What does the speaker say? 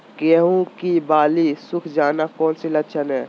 गेंहू की बाली सुख जाना कौन सी लक्षण है?